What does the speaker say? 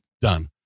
done